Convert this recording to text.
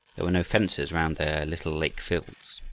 there were no fences round their little lake-fields.